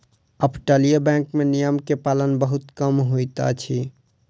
अपतटीय बैंक में नियम के पालन बहुत कम होइत अछि